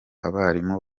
abarimu